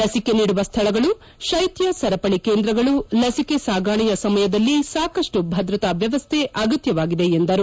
ಲಸಿಕೆ ನೀಡುವ ಸ್ಥಳಗಳು ಶೈತ್ಯ ಸರಪಳಿ ಕೇಂದ್ರಗಳು ಲಸಿಕೆ ಸಾಗಣೆಯ ಸಮಯದಲ್ಲಿ ಸಾಕಷ್ಟು ಭದ್ರತಾ ವ್ಯವಸ್ಥೆ ಅಗತ್ಯವಾಗಿದೆ ಎಂದರು